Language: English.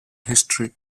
history